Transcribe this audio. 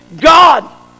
God